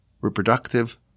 reproductive